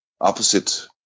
opposite